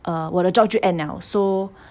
err 我的 job 就 end liao so